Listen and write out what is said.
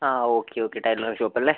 uh okay okay tailoring ഷോപ്പല്ലെ